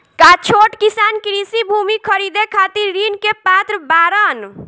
का छोट किसान कृषि भूमि खरीदे खातिर ऋण के पात्र बाडन?